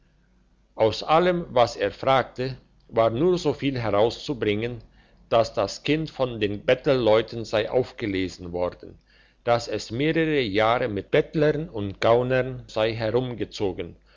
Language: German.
aus allem was er fragte war nur so viel herauszubringen dass das kind von den bettelleuten sei aufgelesen worden dass es mehrere jahre mit bettlern und gaunern sei